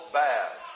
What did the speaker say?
bad